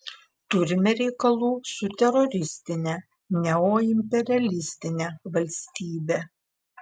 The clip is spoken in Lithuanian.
turime reikalų su teroristine neoimperialistine valstybe